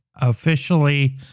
officially